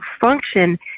function